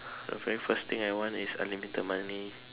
the very first thing I want is unlimited money